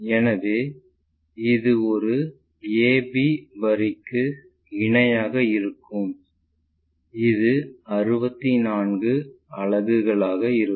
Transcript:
எனவே இது ஒரு ab வரிக்கு இணையாக இருக்கும் இது 64 அலகுகளாக இருக்கும்